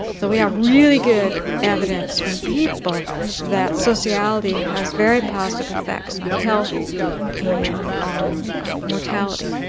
so we have really good evidence from people that sociality has very positive effects on health and on mortality.